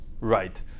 Right